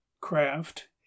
Craft